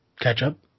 ketchup